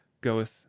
goeth